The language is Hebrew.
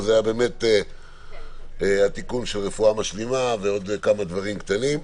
זה היה התיקון של רפואה משלימה ועוד כמה דברים קטנים.